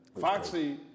Foxy